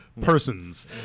persons